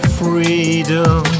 freedom